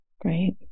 Great